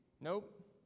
Nope